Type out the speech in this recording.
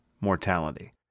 mortality